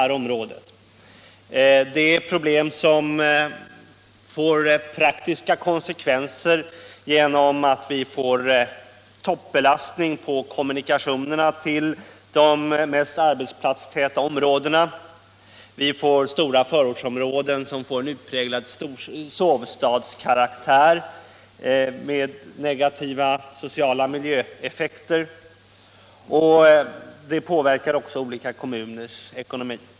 Det är ett problem som får praktiska konsekvenser genom att vi får toppbelastning på kommunikationerna till de mest arbetsplatstäta områdena och genom att vi får stora förortsområden med en utpräglad sovstadskaraktär med negativa sociala miljöeffekter. Det påverkar också olika kommuners ekonomi.